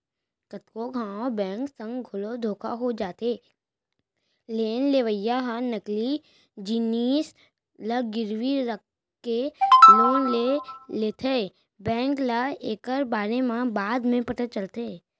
कतको घांव बेंक संग घलो धोखा हो जाथे लोन लेवइया ह नकली जिनिस ल गिरवी राखके लोन ले लेथेए बेंक ल एकर बारे म बाद म पता चलथे